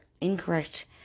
incorrect